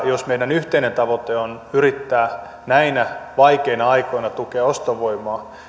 jos meidän yhteinen tavoitteemme on yrittää näinä vaikeina aikoina tukea ostovoimaa niin